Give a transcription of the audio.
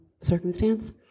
circumstance